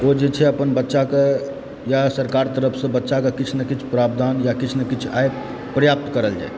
ओ जे छै अपन बच्चाके या सरकार तरफसँ बच्चाकऽ किछु नऽ किछु प्रावधान या किछु न किछु आय पर्याप्त करल जाय